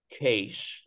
case